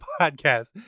podcast